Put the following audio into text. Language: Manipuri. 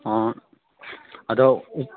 ꯑꯣ ꯑꯗꯣ